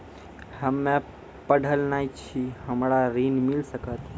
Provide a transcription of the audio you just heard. हम्मे पढ़ल न छी हमरा ऋण मिल सकत?